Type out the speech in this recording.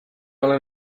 ale